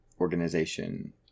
organization